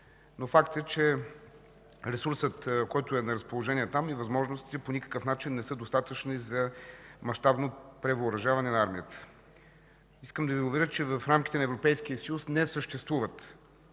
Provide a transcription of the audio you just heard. Факт е, че ресурсът, който е на разположение там, и възможностите по никакъв начин не са достатъчни за мащабно превъоръжаване на армията. Искам да Ви уверя, че в рамките на Европейския съюз не съществуват